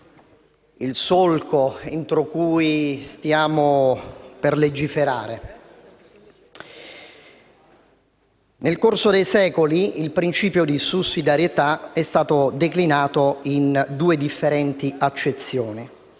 il solco entro cui stiamo per legiferare. Nel corso dei secoli il principio di sussidiarietà è stato declinato in due differenti accezioni: